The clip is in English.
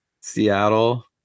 Seattle